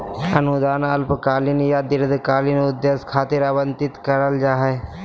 अनुदान अल्पकालिक या दीर्घकालिक उद्देश्य खातिर आवंतित करल जा हय